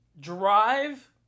drive